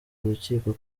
urukiko